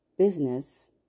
business